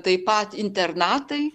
taip pat internatai